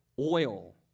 oil